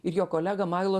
ir jo kolegą mailo